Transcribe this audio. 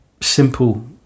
simple